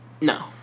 No